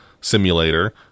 Simulator